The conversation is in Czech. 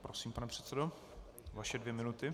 Prosím, pane předsedo, vaše dvě minuty.